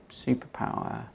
superpower